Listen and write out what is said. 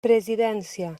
presidència